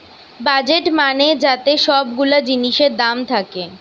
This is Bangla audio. বাজেট মানে যাতে সব গুলা জিনিসের দাম থাকে